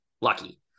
Lucky